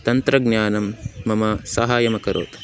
तन्त्रज्ञानं मम सहाय्यम् अकरोत्